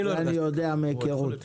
את זה אני יודע מהיכרות איתה.